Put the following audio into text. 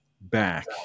back